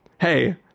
hey